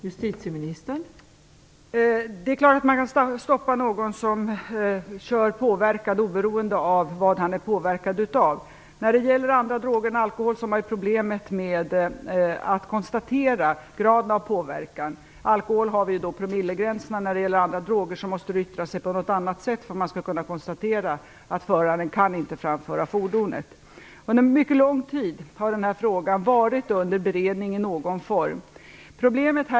Fru talman! Det är klart att man kan stoppa någon som kör påverkad oberoende av vad han är påverkad av. När det gäller andra droger än alkohol är problemet att kunna konstatera graden av påverkan. När det gäller alkohol har vi promillegränserna, och när det gäller andra droger måste det yttra sig på något annat sätt för att man skall kunna konstatera att föraren inte kan framföra fordonet. Frågan har varit under beredning i någon form under mycket lång tid.